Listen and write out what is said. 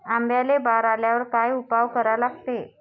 आंब्याले बार आल्यावर काय उपाव करा लागते?